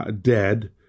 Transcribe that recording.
dead